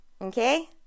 okay